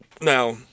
Now